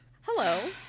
hello